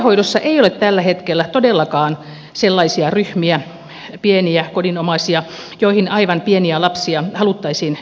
päivähoidossa ei ole tällä hetkellä todellakaan sellaisia ryhmiä pieniä kodinomaisia joihin aivan pieniä lapsia haluttaisiin viedä